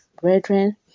Brethren